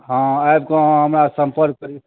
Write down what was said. हँ आबि कऽ अहाँ हमरासँ सम्पर्क करू